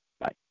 Bye